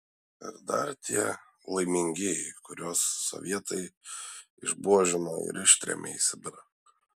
ir dar tie laimingieji kuriuos sovietai išbuožino ir ištrėmė į sibirą